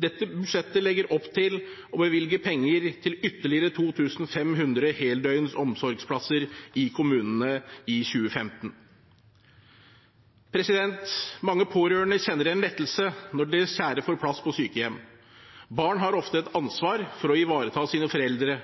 Dette budsjettet legger opp til å bevilge penger til ytterligere 2 500 heldøgns omsorgsplasser i kommunene i 2015. Mange pårørende kjenner en lettelse når deres kjære får plass på sykehjem. Barn har ofte et ansvar for å ivareta sine foreldre,